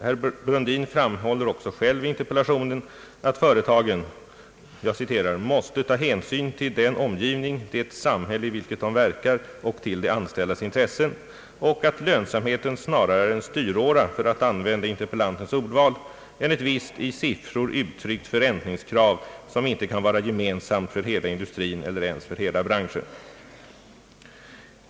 Herr Brundin framhåller också själv i interpellationen att företagen »måste ta hänsyn till den omgivning, det samhälle i vilket de verkar och till de anställdas intressen» och att lönsamheten snarare är en styråra, för att använda interpellantens ordval, än ett visst i siffror uttryckt förräntningskrav, som inte kan vara gemensamt för hela industrin eller ens för hela branscher.